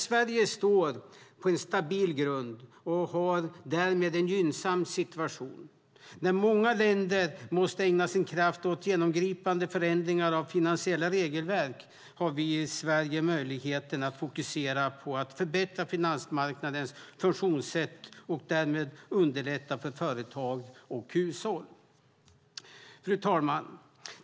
Sverige står på en stabil grund och har därmed en gynnsam situation. När många länder måste ägna sin kraft åt genomgripande förändringar av finansiella regelverk har vi i Sverige möjligheten att fokusera på att förbättra finansmarknadens funktionssätt och därmed underlätta för företag och hushåll. Fru talman!